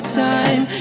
time